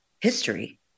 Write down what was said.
history